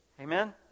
Amen